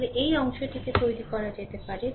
তাহলে এই অংশটিকে তৈরি করা যেতে পারে